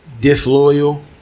Disloyal